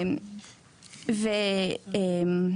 הוא עשה מהפכה בבגרויות בירוחם,